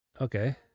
Okay